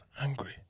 angry